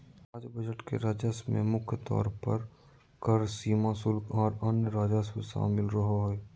राज्य बजट के राजस्व में मुख्य तौर पर कर, सीमा शुल्क, आर अन्य राजस्व शामिल रहो हय